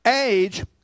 Age